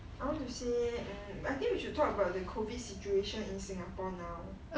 I want to say um I think we should talk about the COVID situation in singapore now